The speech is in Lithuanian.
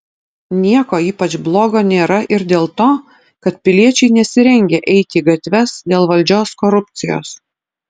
nieko ypač blogo nėra ir dėl to kad piliečiai nesirengia eiti į gatves dėl valdžios korupcijos